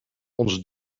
onze